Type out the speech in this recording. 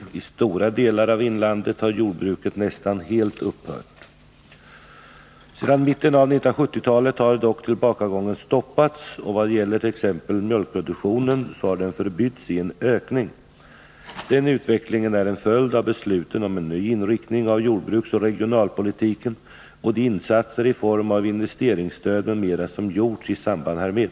I stora delar av inlandet har jordbruket nästan helt n Om jordbruksupphört. näringen i Norr Sedan mitten av 1970-talet har dock tillbakagången stoppats, och vad bottens län gäller t.ex. mjölkproduktionen har den förbytts i en ökning. Den utvecklingen är en följd av besluten om en ny inriktning på jordbruksoch regionalpolitiken och de insatser i form av investeringsstöd m.m. som gjorts i samband därmed.